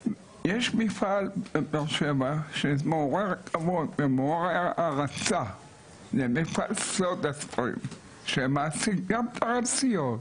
מפעל בבאר שבע שמעורר כבוד ומעורר הערצה --- שמעסיק גם טרנסיות,